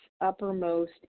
uppermost